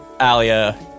Alia